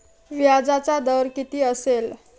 व्याजाचा दर किती असेल?